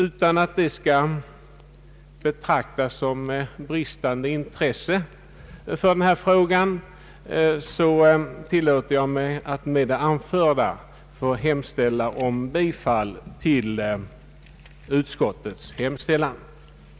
Utan att det skall betraktas såsom bristande intresse för denna fråga, tillåter jag mig helt kort att med det anförda yrka bifall till utskottets hemställan. I sistnämnda reservation förutsattes, att samtliga styrelseledamöter skulle få samma ställning, rättigheter och skyldigheter.